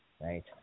right